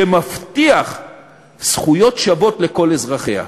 שמבטיח זכויות שוות לכל אזרחיה.